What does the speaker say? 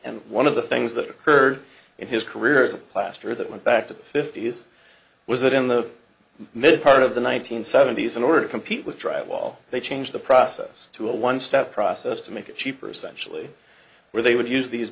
and one of the things that occurred in his career as a plasterer that went back to the fifty's was that in the mid part of the one nine hundred seventy s in order to compete with drywall they changed the process to a one step process to make it cheaper essentially where they would use these